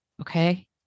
Okay